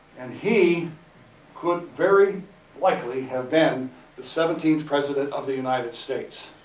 and he could very likely have been the seventeenth president of the united states.